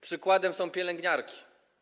Przykładem są pielęgniarki.